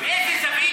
מאיזה זווית?